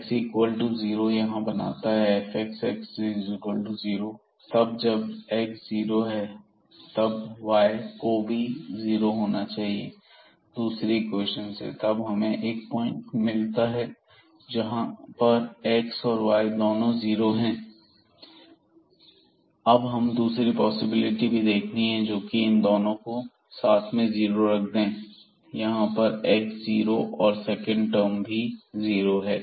x equal to zero यहां बनाता है fxx000 तब जब x जीरो है तब y को भी जीरो होना है दूसरी इक्वेशन से तब हमें 1 पॉइंट मिलता है जहां पर x और y दोनों जीरो है अब हमें दूसरी पॉसिबिलिटी भी देखनी है जो कि इन दोनों को जीरो कर दें यहां पर x 0 है और सेकंड टर्म भी जीरो है